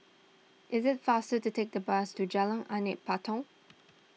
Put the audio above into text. it is faster to take the bus to Jalan Anak Patong